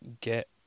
get